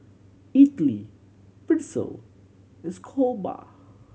Idili Pretzel and